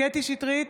קטי קטרין שטרית,